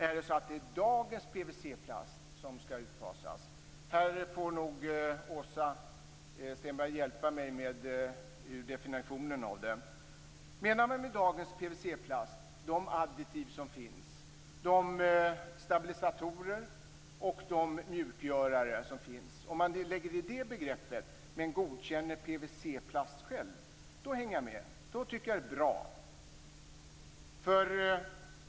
Är det dagens PVC-plast som skall utfasas? Här får nog Åsa Stenberg hjälpa mig med definitionen. Menar man med dagens PVC-plast de additiv som finns, de stabilisatorer och de mjukgörare som finns? Om man lägger in det begreppet, men godkänner själva PVC plasten, hänger jag med. Då tycker jag att det är bra.